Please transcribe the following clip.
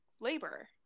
labor